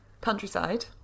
countryside